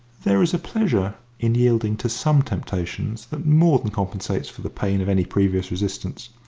there is a pleasure in yielding to some temptations that more than compensates for the pain of any previous resistance.